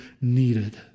needed